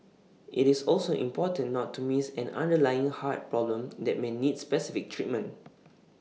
IT is also important not to miss an underlying heart problem that may need specific treatment